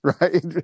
right